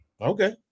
Okay